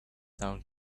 town